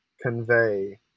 convey